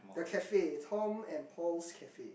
the cafe Tom and Paul's cafe